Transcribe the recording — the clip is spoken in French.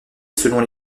selon